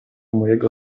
mojego